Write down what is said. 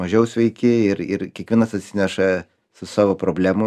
mažiau sveiki ir ir kiekvienas atsineša su savo problemų